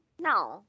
No